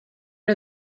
are